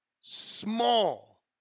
small